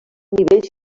nivells